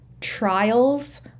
trials